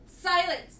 silence